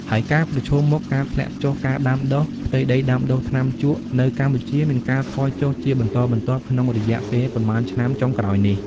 ហើយការប្រឈមមុខ ការធ្លាក់ចុះការដាំដុះ ផ្ទៃដីដាំដុះថ្នាំជក់នៅកម្ពុជាមានការថយចុះជាបន្តបន្ទាប់ក្នុងរយៈពេលប៉ុន្មានឆ្នាំចុងក្រោយនេះ។